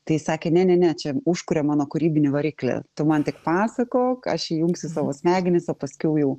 tai ji sakė ne ne ne čia užkuria mano kūrybinį variklį tu man tik pasakok aš įjungsiu savo smegenis o paskiau jau